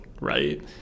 right